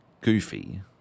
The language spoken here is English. goofy